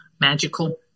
magical